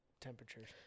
temperatures